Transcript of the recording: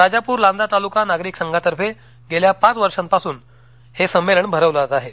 राजापूर लांजा तालुका नागरिक संघातर्फे गेल्या पाच वर्षापासून हे संमेलन भरविलं जात आहे